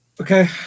Okay